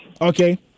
Okay